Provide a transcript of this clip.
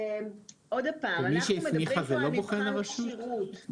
עוד פעם, אנחנו מדברים פה על מבחן כשירות.